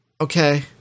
Okay